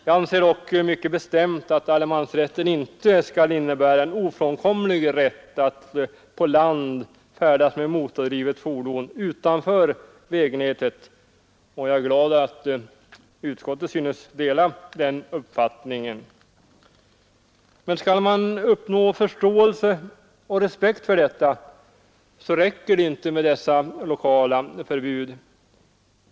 Jag anser dock mycket bestämt att allemansrätten inte skall innebära en ofrånkomlig rätt att på land färdas med motordrivet fordon utanför vägnätet, och jag är glad att utskottet synes dela den uppfattningen. Men skall man uppnå förståelse och respekt för detta, så räcker det inte med lokala förbud.